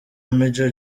major